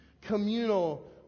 communal